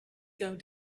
going